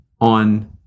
on